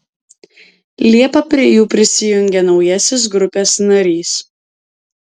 liepą prie jų prisijungė naujasis grupės narys